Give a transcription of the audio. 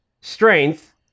Strength